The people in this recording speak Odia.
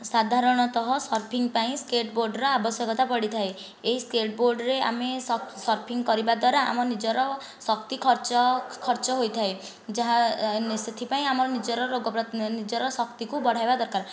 ସାଧାରଣତଃ ସର୍ଫି ପାଇଁ ସ୍କେଟ ବୋର୍ଡ଼ର ଆବଶ୍ୟକତା ପଡ଼ିଥାଏ ଏହି ସ୍କେଟ ବୋର୍ଡ଼ରେ ଆମେ ସର୍ଫି କରିବା ଦ୍ୱାରା ଆମେ ନିଜର ଶକ୍ତି ଖର୍ଚ୍ଚ ଖର୍ଚ୍ଚ ହୋଇଥାଏ ଯାହା ସେଥିପାଇଁ ଆମ ନିଜର ରୋଗ ନିଜର ଶକ୍ତିଟିକୁ ବଢ଼ାଇବା ଦରକାର